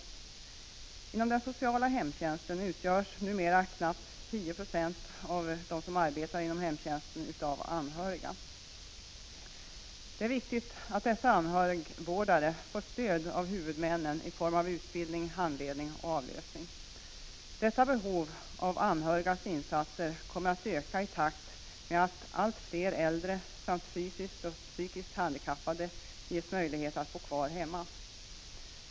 Av dem som arbetar inom den sociala hemtjänsten utgörs numera knappt 1096 av anhöriga. Det är viktigt att dessa anhörigvårdare får stöd av huvudmännen i form av utbildning, handledning och avlösning. Behovet av anhörigas insatser kommer att öka i takt med att allt fler äldre samt fysiskt och psykiskt handikappade ges möjlighet att bo kvar hemma.